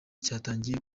cyatangiye